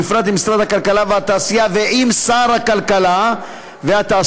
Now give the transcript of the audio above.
ובפרט עם משרד הכלכלה והתעשייה ועם שר הכלכלה והתעשייה,